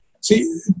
See